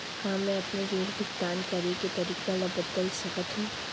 का मैं अपने ऋण भुगतान करे के तारीक ल बदल सकत हो?